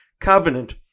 covenant